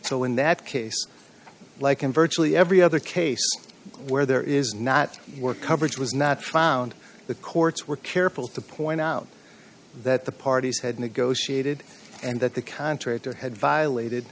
so in that case like in virtually every other case where there is not work coverage was not found the courts were careful to point out that the parties had negotiated and that the contractor had violated